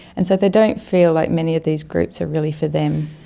and so they don't feel like many of these groups are really for them.